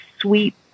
sweet